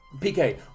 PK